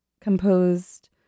composed